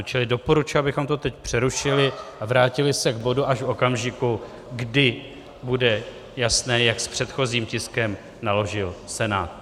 Čili doporučuji, abychom to teď přerušili a vrátili se k bodu až v okamžiku, kdy bude jasné, jak s předchozím tiskem naložil Senát.